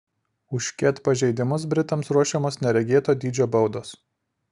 už ket pažeidimus britams ruošiamos neregėto dydžio baudos